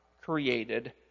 created